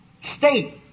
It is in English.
state